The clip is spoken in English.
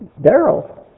Daryl